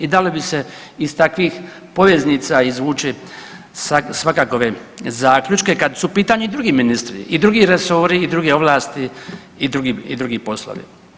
I dalo bi se iz takvih poveznica izvući svakakove zaključke kad su u pitanju i drugi ministri i drugi resori i druge ovlasti i drugi poslovi.